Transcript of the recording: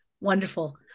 Wonderful